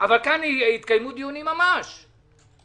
אבל כאן התקיימו ממש דיונים.